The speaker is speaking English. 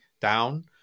down